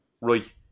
right